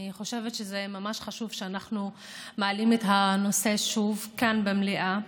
אני חושבת שזה ממש חשוב שאנחנו מעלים את הנושא שוב כאן במליאה.